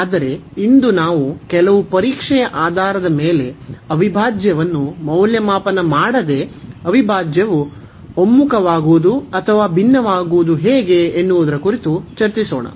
ಆದರೆ ಇಂದು ನಾವು ಕೆಲವು ಪರೀಕ್ಷೆಯ ಆಧಾರದ ಮೇಲೆ ಅವಿಭಾಜ್ಯವನ್ನು ಮೌಲ್ಯಮಾಪನ ಮಾಡದೆ ಅವಿಭಾಜ್ಯವು ಒಮ್ಮುಖವಾಗುವುದು ಅಥವಾ ಭಿನ್ನವಾಗುವುದು ಹೇಗೆ ಎನ್ನುವುದರ ಕುರಿತು ಚರ್ಚಿಸೊಣ